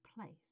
place